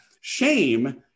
Shame